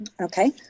Okay